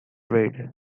red